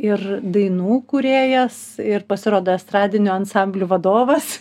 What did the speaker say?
ir dainų kūrėjas ir pasirodo estradinių ansamblių vadovas